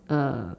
err